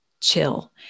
chill